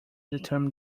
determine